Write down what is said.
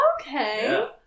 Okay